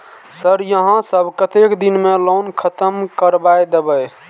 Sir यहाँ सब कतेक दिन में लोन खत्म करबाए देबे?